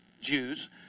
Jews